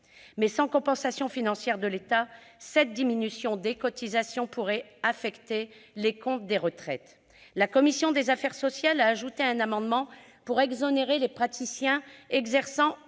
Sans compensation financière de l'État, une telle diminution des cotisations pourrait affecter les comptes des retraites. La commission des affaires sociales a adopté un amendement visant à exonérer les praticiens exerçant